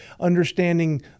Understanding